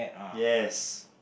yes